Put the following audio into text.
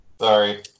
Sorry